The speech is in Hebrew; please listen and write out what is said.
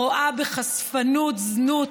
הרואה בחשפנות זנות,